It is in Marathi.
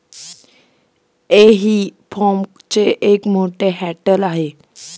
हेई फॉकचे एक मोठे हँडल आहे